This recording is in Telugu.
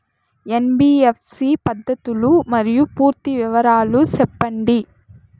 ఎన్.బి.ఎఫ్.సి పద్ధతులు మరియు పూర్తి వివరాలు సెప్పండి?